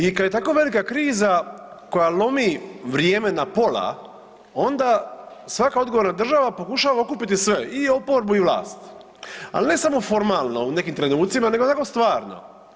I kad je tako velika kriza koja lomi vrijeme na pola, onda svaka odgovorna država pokušava okupiti sve i oporbu i vlast, ali ne samo formalno u nekim trenucima nego onako stvarno.